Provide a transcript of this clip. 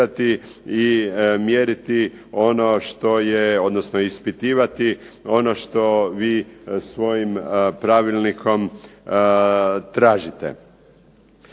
i mjeriti ono što je, odnosno ispitivati, ono što vi svojim pravilnikom tražite.